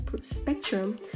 spectrum